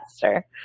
faster